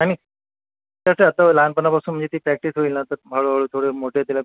आणि कसं असतं हो लहानपणापासून म्हणजे ती प्रॅक्टीस होईल ना तर हळूहळू थोडं मोठे तिला